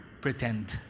pretend